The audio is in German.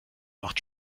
macht